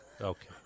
Okay